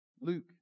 Luke